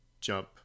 jump